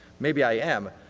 maybe i am.